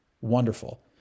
Wonderful